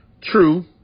True